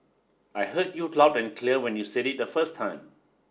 I heard you loud and clear when you said it the first time